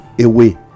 away